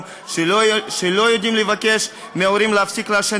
שלא יודעים לבקש מההורים להפסיק לעשן,